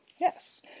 Yes